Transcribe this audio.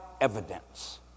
evidence